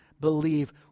believe